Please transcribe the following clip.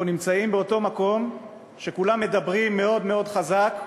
אנחנו נמצאים באותו מקום שכולם מדברים מאוד מאוד חזק,